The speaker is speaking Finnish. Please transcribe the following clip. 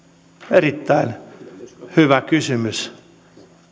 erittäin hyvä kysymys